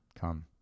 Come